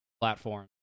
platform